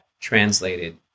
translated